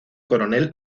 coronel